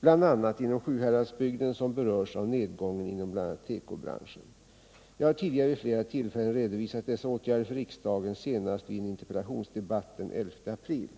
bl.a. inom Sjuhäradsbygden, som berörs av nedgången inom bl.a. tekobranschen. Jag har tidigare vid flera tillfällen redovisat dessa åtgärder för riksdagen, senast vid en interpellationsdebatt den 11 april.